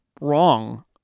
wrong